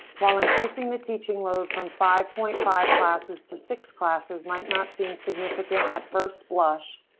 while increasing the teaching load from five point five classes to six classes might not seem significant at first blush,